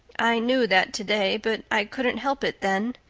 i knew that today, but i couldn't help it then.